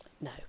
No